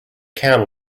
can